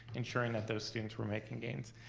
ensuring that those students were making gains.